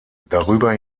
darüber